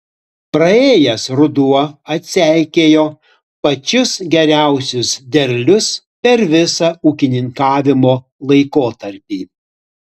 praėjęs ruduo atseikėjo pačius geriausius derlius per visą ūkininkavimo laikotarpį